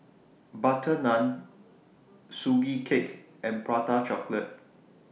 Butter Naan Sugee Cake and Prata Chocolate